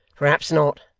perhaps not.